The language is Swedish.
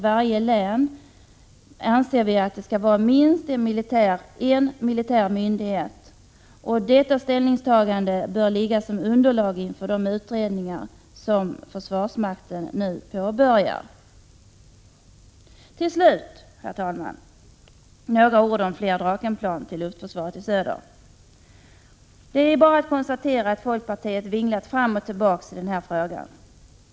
Vi anser att det i varje län skall finnas minst en militär myndighet. Detta ställningstagande bör enligt vår mening ligga som underlag inför de utredningar som försvarsmakten nu påbörjar. Till slut, herr talman, några ord om fler Drakenplan till luftförsvaret i söder. Det är bara att konstatera att folkpartiet har vinglat fram och tillbaka i denna fråga.